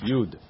Yud